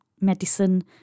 medicine